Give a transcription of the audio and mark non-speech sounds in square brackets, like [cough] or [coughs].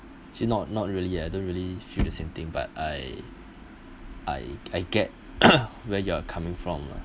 she not not really eh I don't really feel the same thing but I I I get [coughs] where you're coming from ah